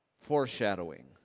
foreshadowing